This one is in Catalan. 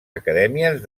acadèmies